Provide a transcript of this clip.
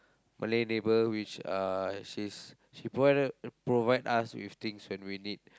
Malay neighbour which uh she's she provided provide us with things when we need